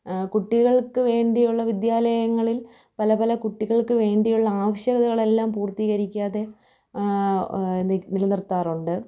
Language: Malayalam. കുട്ടികൾക്ക് വേണ്ടിയുള്ള വിദ്യാലയങ്ങളിൽ പല പല കുട്ടികൾക്ക് വേണ്ടിയുള്ള ആവശ്യകതകളെല്ലാം പൂർത്തീകരിക്കാതെ നിലനിർത്താറുണ്ട്